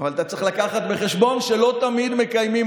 אבל אתה צריך לקחת בחשבון שלא תמיד מקיימים